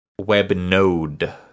webnode